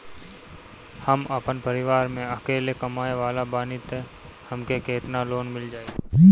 हम आपन परिवार म अकेले कमाए वाला बानीं त हमके केतना लोन मिल जाई?